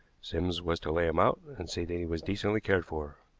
sims was to lay him out and see that he was decently cared for.